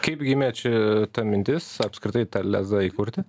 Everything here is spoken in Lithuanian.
kaip gimė čia ta mintis apskritai ta lezą įkurti